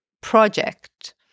project